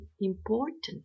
important